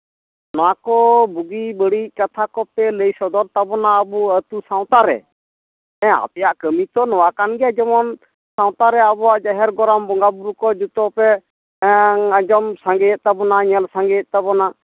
ᱚᱱᱟ ᱠᱚ ᱵᱩᱜᱤ ᱵᱟᱹᱲᱤᱡ ᱠᱟᱛᱷᱟ ᱠᱚᱯᱮ ᱞᱟᱹᱭ ᱥᱚᱫᱚᱨ ᱛᱟᱵᱚᱱᱟ ᱟᱵᱚ ᱟᱹᱛᱩ ᱥᱟᱶᱛᱟ ᱨᱮ ᱟᱯᱮᱭᱟᱜ ᱠᱟᱹᱢᱤ ᱛᱚ ᱱᱚᱣᱟ ᱠᱟᱱ ᱜᱮᱭᱟ ᱡᱮᱢᱚᱱ ᱥᱟᱶᱛᱟᱨᱮ ᱟᱵᱚᱣᱟᱜ ᱡᱟᱦᱮᱨ ᱜᱚᱨᱟᱢ ᱵᱚᱸᱜᱟ ᱵᱩᱨᱩ ᱠᱚ ᱡᱚᱛᱚ ᱯᱮ ᱟᱸᱡᱚᱢ ᱥᱟᱸᱜᱮᱭᱮᱫ ᱛᱟᱵᱚᱱᱟ ᱧᱮᱞ ᱥᱟᱸᱜᱮᱭᱮᱫ ᱛᱟᱵᱚᱱᱟ